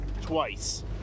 twice